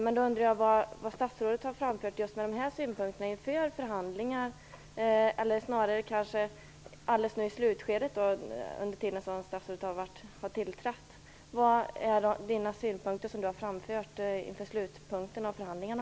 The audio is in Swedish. Men jag undrar vad statsrådet har framfört när det gäller just dessa synpunkter inför slutskedet av förhandlingarna.